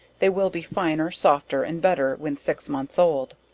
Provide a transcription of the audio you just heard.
they will be finer, softer and better when six months old.